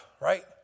right